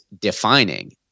defining